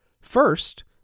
First